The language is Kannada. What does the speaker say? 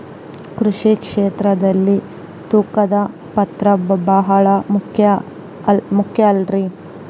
ಕೃಷಿ ಕ್ಷೇತ್ರದಲ್ಲಿ ತೂಕದ ಪಾತ್ರ ಬಹಳ ಮುಖ್ಯ ಅಲ್ರಿ?